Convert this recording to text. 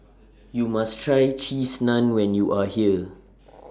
YOU must Try Cheese Naan when YOU Are here